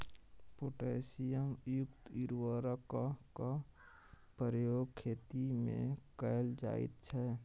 potassium युक्त उर्वरकक प्रयोग खेतीमे कैल जाइत छै